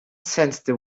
sent